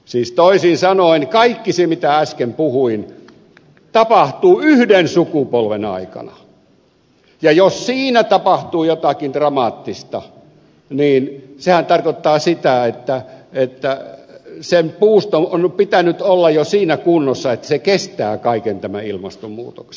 siis toisin sanoen kaikki se mitä äsken puhuin tapahtuu yhden sukupolven aikana ja jos siinä tapahtuu jotakin dramaattista niin sehän tarkoittaa sitä että sen puuston on pitänyt olla jo siinä kunnossa että se kestää kaiken tämän ilmastonmuutoksen